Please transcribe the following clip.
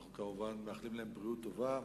ואנחנו כמובן מאחלים להם בריאות טובה.